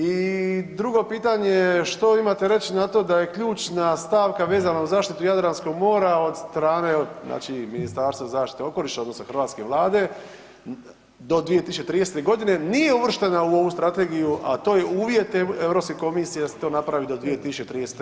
I drugo pitanje je što imate reći na to da je ključna stavka vezana uz zaštitu Jadranskog mora od strane znači Ministarstva zaštite okoliša, odnosno hrvatske Vlade do 2030. godine nije uvrštena u ovu strategiju, a to je uvjet Europske komisije da se to napravi do 2030. godine.